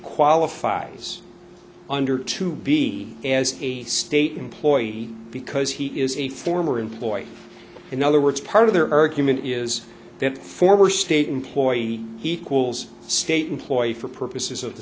qualifies under to be as a state employee because he is a former employee in other words part of their argument is that the former state employee he calls state employee for purposes of the